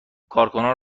کارکنان